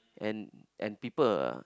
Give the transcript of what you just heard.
and and people